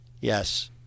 Yes